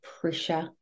pressure